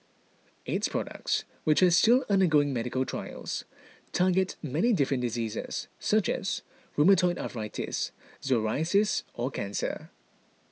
its products which are all still undergoing medical trials target many different diseases such as rheumatoid arthritis psoriasis or cancer